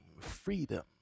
freedom